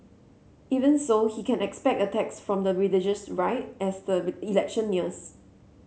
even so he can expect attacks from the religious right as the election nears